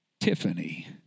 Tiffany